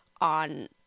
on